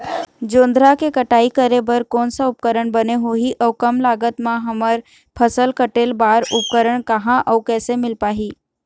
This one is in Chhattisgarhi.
जोंधरा के कटाई करें बर कोन सा उपकरण बने होही अऊ कम लागत मा हमर फसल कटेल बार उपकरण कहा अउ कैसे मील पाही?